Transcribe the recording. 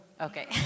Okay